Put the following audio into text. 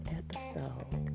episode